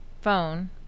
phone